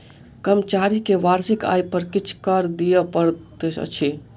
कर्मचारी के वार्षिक आय पर किछ कर दिअ पड़ैत अछि